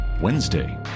Wednesday